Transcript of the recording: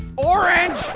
orange,